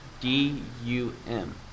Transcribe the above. D-U-M